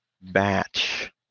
batch